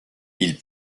ils